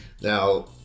Now